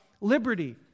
liberty